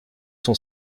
cent